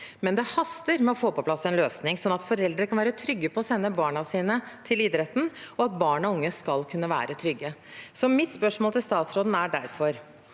Men det haster å få på plass en løsning, slik at foreldre kan være trygge på å sende barna sine til idretten, og at barn og unge skal kunne være trygge. Mitt spørsmål til statsråden er derfor: